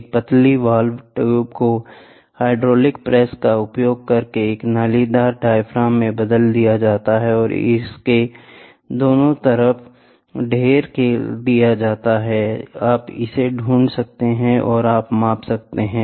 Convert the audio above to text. एक पतली valve tube को हाइड्रोलिक प्रेस का उपयोग करके एक नालीदार डायाफ्राम में बदल दिया जाता है और इसे दोनों तरफ ढेर किया जाता है आप इसे ढूंढ सकते हैं और माप सकते हैं